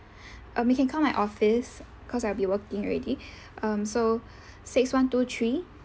um you can call my office because I'll be working already um so six one two three